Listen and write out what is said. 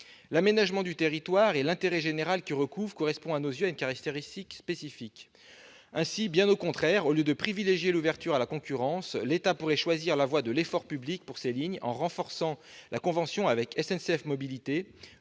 L'aménagement du territoire et l'intérêt général qu'il recouvre répondent selon nous à une telle caractéristique spécifique. Ainsi, au lieu de privilégier l'ouverture à la concurrence, l'État pourrait choisir la voie de l'effort public pour ces lignes, en renforçant la convention avec SNCF Mobilités,